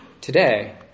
Today